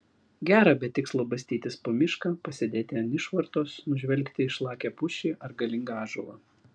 gera be tikslo bastytis po mišką pasėdėti ant išvartos nužvelgti išlakią pušį ar galingą ąžuolą